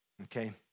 okay